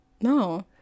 No